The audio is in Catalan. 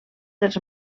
dels